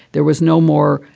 there was no more.